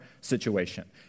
situation